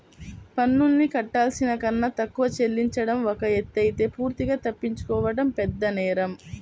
పన్నుల్ని కట్టాల్సిన కన్నా తక్కువ చెల్లించడం ఒక ఎత్తయితే పూర్తిగా తప్పించుకోవడం పెద్దనేరం